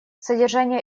содержание